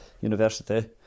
university